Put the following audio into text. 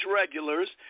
regulars